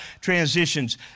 transitions